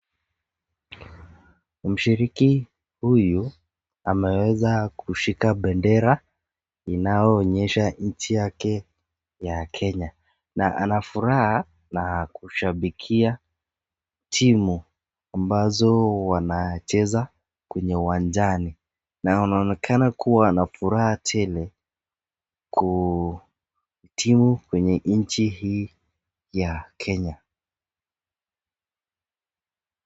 Mshiriki huyu ameweza kushika bendera inayoonyesha nchi yake ya Kenya. Anafuraha na kushabikia timu ambazo zinacheza kwenye uwanja na anaonekana kuwa na furaha tele kwa timu hii ya nchi ya Kenya.